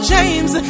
James